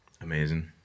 Amazing